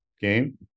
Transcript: game